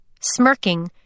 Smirking